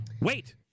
Wait